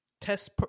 test